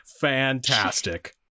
Fantastic